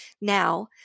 now